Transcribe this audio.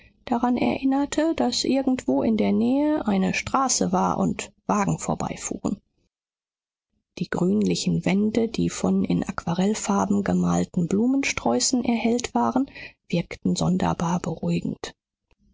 daran erinnerte daß irgendwo in der nähe eine straße war und wagen vorbeifuhren die grünlichen wände die von in aquarellfarben gemalten blumensträußen erhellt waren wirkten sonderbar beruhigend